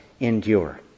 endure